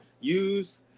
use